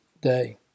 day